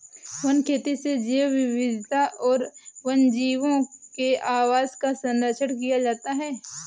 one खेती से जैव विविधता और वन्यजीवों के आवास का सरंक्षण किया जाता है